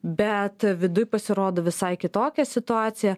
bet viduj pasirodo visai kitokia situacija